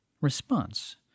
response